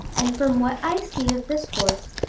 and from what i see of this horse,